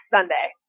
Sunday